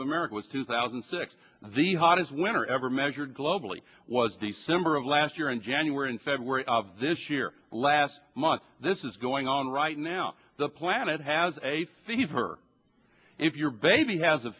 of america was two thousand and six the hottest winter ever measured globally was december of last year and january and february of this year last month this is going on right now the planet as a fever if your baby has a